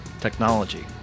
technology